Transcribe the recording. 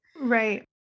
Right